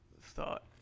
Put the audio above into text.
Thought